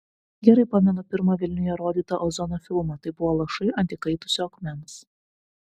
gerai pamenu pirmą vilniuje rodytą ozono filmą tai buvo lašai ant įkaitusio akmens